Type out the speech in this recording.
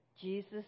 Jesus